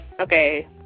Okay